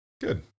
Good